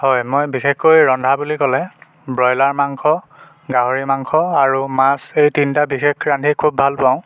হয় বিশেষকৈ ৰন্ধা বুলি ক'লে ব্ৰয়লাৰ মাংস গাহৰি মাংস আৰু মাছ সেই তিনিটা বিশেষকৈ ৰান্ধি খুব ভালপাওঁ